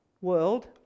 world